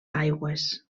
aigües